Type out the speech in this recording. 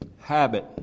habit